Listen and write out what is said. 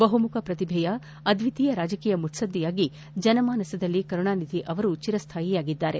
ಬಹುಮುಖ ಪ್ರತಿಭೆಯ ಅದ್ವಿತೀಯ ರಾಜಕೀಯ ಮುತ್ತದ್ವಿಯಾಗಿ ಜನಮಾನಸದಲ್ಲಿ ಕರುಣಾನಿಧಿ ಚಿರಸ್ವಾಯಿಯಾಗಿದ್ದಾರೆ